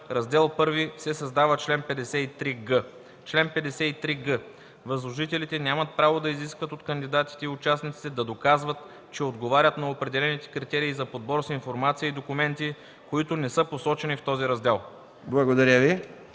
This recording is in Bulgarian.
Раздел I се създава чл. 53г: „Чл. 53г. Възложителите нямат право да изискват от кандидатите и участниците да доказват, че отговарят на определените критерии за подбор с информация и документи, които не са посочени в този раздел.”